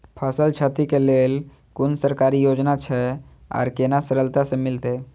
फसल छति के लेल कुन सरकारी योजना छै आर केना सरलता से मिलते?